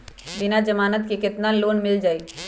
बिना जमानत के केतना लोन मिल जाइ?